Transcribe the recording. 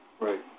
Right